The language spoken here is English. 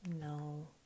No